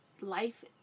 life